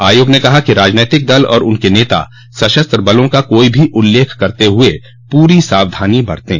आयोग ने कहा कि राजनीतिक दल और उनके नेता सशस्त्र बलों का कोई उल्लेख करते हुए पूरी सावधानी बरतें